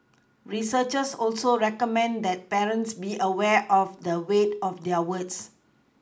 researchers also recommend that parents be aware of the weight of their words